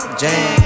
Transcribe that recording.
jam